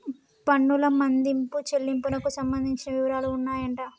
పన్నుల మదింపు చెల్లింపునకు సంబంధించిన వివరాలు ఉన్నాయంట